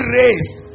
raised